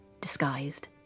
disguised